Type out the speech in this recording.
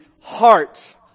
heart